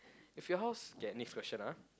if your house okay next question ah